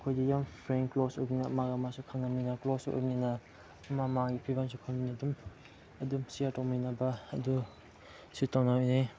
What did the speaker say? ꯑꯩꯈꯣꯏꯒꯤ ꯌꯥꯝ friend close ꯑꯣꯏꯕꯅꯤꯅ ꯑꯃ ꯑꯃꯁꯨ ꯈꯪꯂꯕꯅꯤꯅ ꯀ꯭ꯂꯣꯁ ꯑꯣꯏꯃꯤꯟꯅ ꯃꯃꯥꯡꯒꯤ ꯐꯤꯕꯝꯁꯨ ꯈꯪꯂꯤꯅꯦ ꯑꯗꯨꯝ ꯑꯗꯨꯝ ꯁꯤꯌꯔ ꯇꯧꯃꯤꯟꯅꯕ ꯑꯗꯨ ꯁꯤ ꯇꯧꯅꯕꯅꯤ